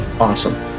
Awesome